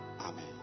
Amen